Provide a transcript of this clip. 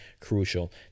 crucial